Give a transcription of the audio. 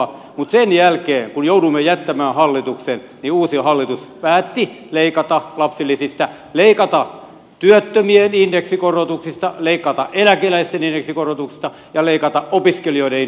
mutta sen jälkeen kun jouduimme jättämään hallituksen uusi hallitus päätti leikata lapsilisistä leikata työttömien indeksikorotuksista leikata eläkeläisten indeksikorotuksista ja leikata opiskelijoiden indeksikorotuksista